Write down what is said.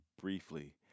briefly